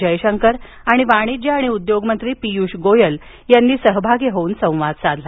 जयशंकर आणि वाणिज्य आणि उद्योगमंत्री पियुष गोयल यांनी सहभागी होऊन संवाद साधला